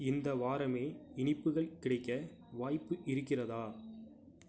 இந்த வாரமே இனிப்புகள் கிடைக்க வாய்ப்பு இருக்கிறதா